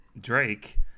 Drake